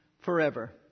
forever